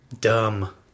Dumb